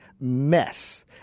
mess